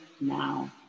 now